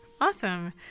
Awesome